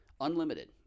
unlimited